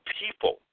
people